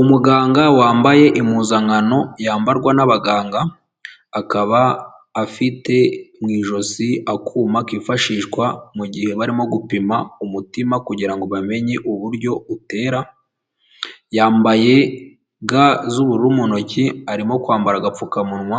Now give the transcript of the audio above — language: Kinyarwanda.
Umuganga wambaye impuzankano yambarwa n'abaganga, akaba afite mu ijosi akuma kifashishwa mu gihe barimo gupima umutima kugira ngo bamenye uburyo utera, yambaye ga z'ubururu ntoki, arimo kwambara agapfukamunwa,